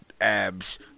abs